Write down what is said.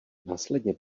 následně